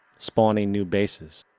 spawning new bases,